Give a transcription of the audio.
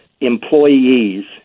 employees